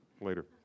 later